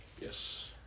Yes